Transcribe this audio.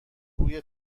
روی